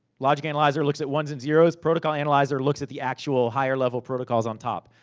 logic analyzer looks at ones and zeroes. protocol analyzer looks at the actual higher-level protocols on top.